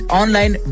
online